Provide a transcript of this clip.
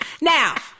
Now